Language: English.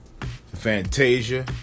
Fantasia